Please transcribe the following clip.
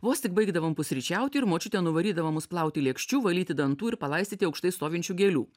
vos tik baigdavom pusryčiauti ir močiutė nuvarydavo mus plauti lėkščių valyti dantų ir palaistyti aukštai stovinčių gėlių